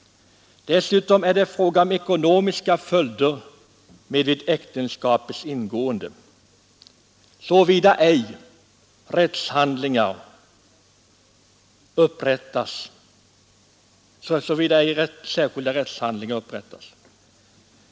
Dessutom är det fråga om ekonomiska följder vid äktenskapets ingående, såvida ej särskild rättshandling upprättas.